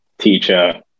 teacher